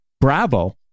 bravo